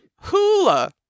Hula